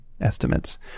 Estimates